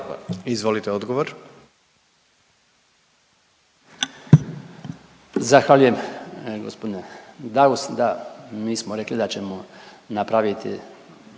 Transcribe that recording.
Izvolite odgovor.